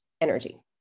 energy